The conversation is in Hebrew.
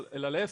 אלא להיפך,